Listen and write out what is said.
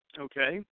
Okay